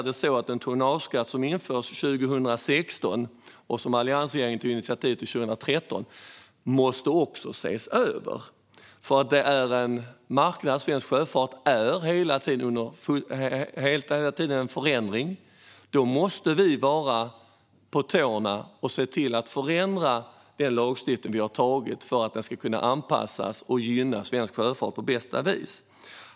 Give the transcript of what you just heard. Den tonnageskatt som infördes 2016, och som alliansregeringen tog initiativ till 2013, måste naturligtvis ses över. Svensk sjöfart är hela tiden i förändring, och då måste vi vara på tårna och förändra och anpassa den lagstiftning som vi har antagit för att den ska gynna svensk sjöfart på bästa vis.